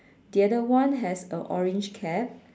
the other one has a orange cap